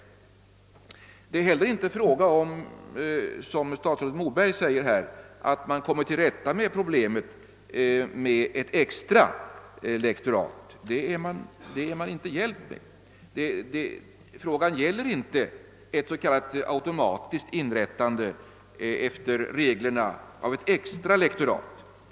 Det är heller inte — som statsrådet Moberg säger — fråga om att man kommer till rätta med problemet med ett extra lektorat. Det är man inte hjälpt med. Frågan gäller inte ett s.k. automatiskt inrättande efter reglerna av ett extra lektorat.